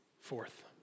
Fourth